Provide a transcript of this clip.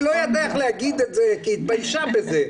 היא לא ידעה איך לומר את התפקיד שלה כי היא התביישה בו.